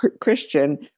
Christian